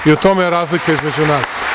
U tome je razlika između nas.